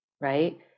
Right